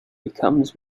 becomes